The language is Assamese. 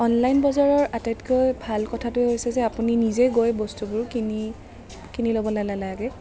অনলাইন বজাৰৰ আটাইতকৈ ভাল কথাটো হৈছে যে আপুনি নিজে গৈ বস্তুবোৰ কিনি কিনি ল'ব নালাগে